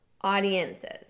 audiences